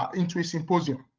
um into a symposium.